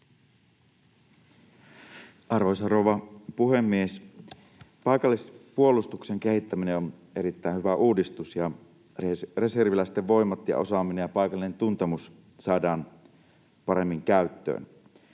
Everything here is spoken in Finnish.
Arvoisa rouva puhemies! Paikallispuolustuksen kehittäminen on erittäin hyvä uudistus, ja reserviläisten voimat ja osaaminen ja paikallinen tuntemus saadaan paremmin käyttöön.